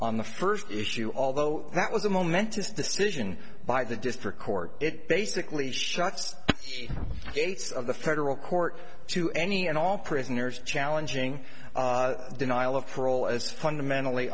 on the first issue although that was a momentous decision by the district court it basically shuts gates of the federal court to any and all prisoners challenging denial of parole as fundamentally